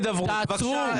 תתעוררו.